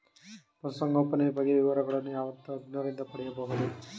ಪಶುಸಂಗೋಪನೆಯ ಬಗ್ಗೆ ವಿವರಗಳನ್ನು ಯಾವ ತಜ್ಞರಿಂದ ಪಡೆಯಬಹುದು?